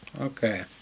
Okay